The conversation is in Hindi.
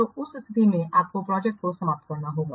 तो उस स्थिति में भी आपको प्रोजेक्ट को समाप्त करना होगा